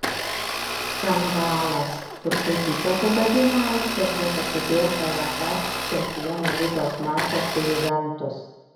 skandalas turkai tyčia sugadino aikštę prieš atidėtą uefa čempionų lygos mačą su juventus